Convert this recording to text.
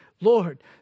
Lord